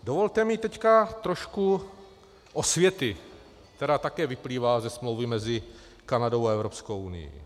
Dovolte mi teď trošku osvěty, která také vyplývá ze smlouvy mezi Kanadou a Evropskou unií.